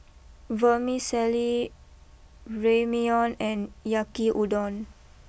Vermicelli Ramyeon and Yaki Udon